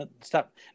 Stop